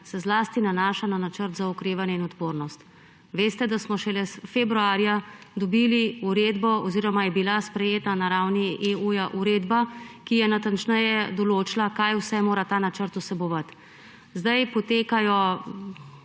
se zlasti nanaša na načrt za okrevanje in odpornost. Veste, da šele februarja je bila sprejeta na ravni EU uredba, ki je natančneje določila, kaj vse mora ta načrt vsebovati. Zdaj potekajo,